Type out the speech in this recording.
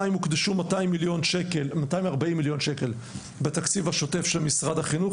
הוקדשו 240 מיליון שקל בתקציב השוטף של משרד החינוך,